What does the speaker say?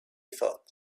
thought